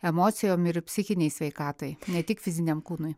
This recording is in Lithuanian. emocijom ir psichinei sveikatai ne tik fiziniam kūnui